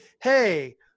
hey